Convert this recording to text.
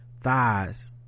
thighs